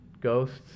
ghosts